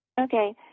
Okay